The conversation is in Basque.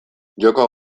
joko